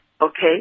Okay